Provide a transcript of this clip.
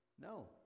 No